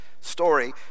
story